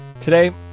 Today